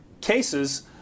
cases